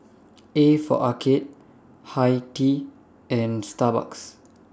A For Arcade Hi Tea and Starbucks